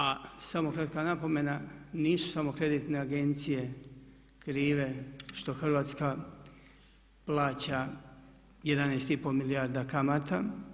A samo kratka napomena, nisu samo kreditne agencije krive što Hrvatska plaća 11,5 milijarda kamata.